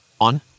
On